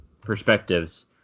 perspectives